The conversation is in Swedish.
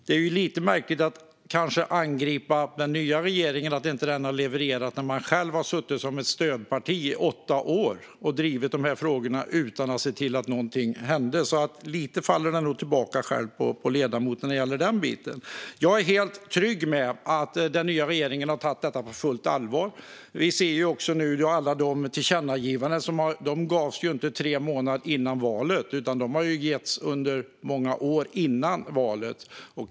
Det är lite märkligt att angripa den nya regeringen och säga att den inte har levererat när man själv har suttit som stödparti i åtta år och drivit de här frågorna utan att se till att något hände. Lite faller det nog tillbaka på ledamoten själv. Jag är helt trygg med att den nya regeringen har tagit detta på fullt allvar. Alla tillkännagivanden gavs ju inte tre månader före valet, utan dem har vi gett under många år före valet.